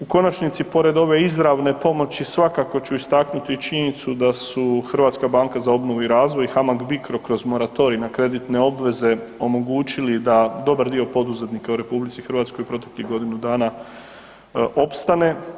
U konačnici pored ove izravne pomoći svakako ću istaknuti i činjenicu da su Hrvatska banka za obnovu i razvoj i HAMAG BICRO kroz moratorij na kreditne obveze omogućili da dobar dio poduzetnika u RH proteklih godinu dana opstane.